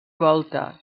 volta